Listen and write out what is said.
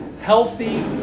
healthy